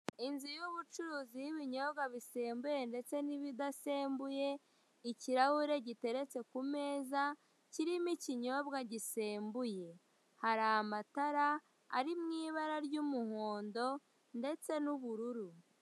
Inzu y'ubucuruzi y'ibinyobwa bisembuye ndetse n'ibidasembuye, ikirahure giteretse ku meza kirimo ikinyobwa gisembuye, hari amatara ari mu ibara ry'umuhondo ndetse n'ubururu.